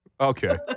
okay